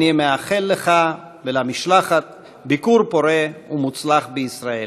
אני מאחל לך ולמשלחת ביקור פורה ומוצלח בישראל.